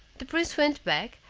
the prince went back,